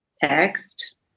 text